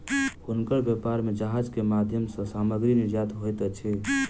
हुनकर व्यापार में जहाज के माध्यम सॅ सामग्री निर्यात होइत अछि